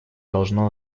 должно